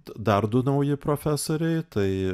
dar du nauji profesoriai tai